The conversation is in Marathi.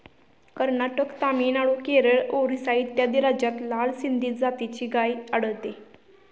कर्नाटक, तामिळनाडू, केरळ, ओरिसा इत्यादी राज्यांत लाल सिंधी जातीची गाय आढळते